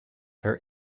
her